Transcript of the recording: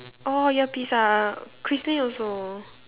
oh earpiece ah Christly also